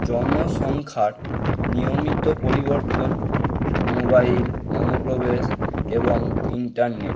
জনসংখ্যার নিয়মিত পরিবর্তন মোবাইল অনুপ্রবেশ এবং ইন্টারনেট